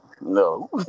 No